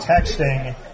texting